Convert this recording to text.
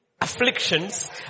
afflictions